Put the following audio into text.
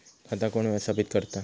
खाता कोण व्यवस्थापित करता?